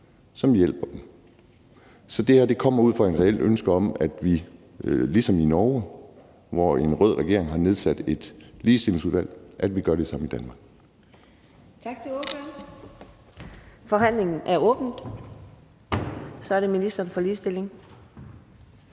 som hjælper dem. Så det her kommer ud fra et reelt ønske om, at vi ligesom i Norge, hvor en rød regering har nedsat et ligestillingsudvalg, gør det samme i Danmark.